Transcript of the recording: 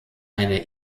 eine